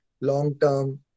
long-term